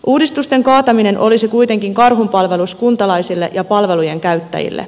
uudistusten kaataminen olisi kuitenkin karhunpalvelus kuntalaisille ja palvelujen käyttäjille